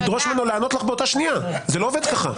ולהביע את דעתי בארבע דקות.